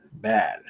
Bad